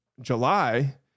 July